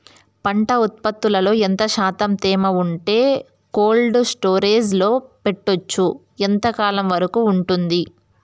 పంట ఉత్పత్తులలో ఎంత శాతం తేమ ఉంటే కోల్డ్ స్టోరేజ్ లో పెట్టొచ్చు? ఎంతకాలం వరకు ఉంటుంది